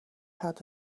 had